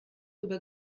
über